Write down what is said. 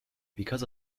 because